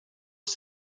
ist